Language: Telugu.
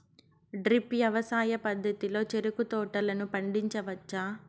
డ్రిప్ వ్యవసాయ పద్ధతిలో చెరుకు తోటలను పండించవచ్చా